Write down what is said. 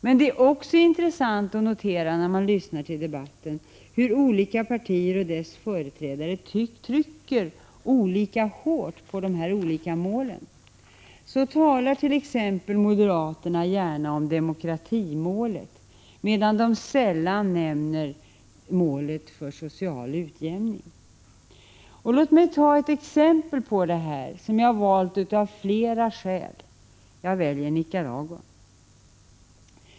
Men det är också intressant att notera, när man lyssnar till debatten, hur olika partier och deras företrädare trycker olika hårt på de olika målen. Så talar moderaterna t.ex. generellt om demokratimålet medan de sällan nämner målet för social utjämning. Låt mig ta ett exempel på detta, som jag har valt av flera skäl, nämligen Nicaragua.